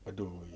!aduh!